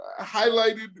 highlighted